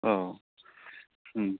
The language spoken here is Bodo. औ